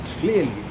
clearly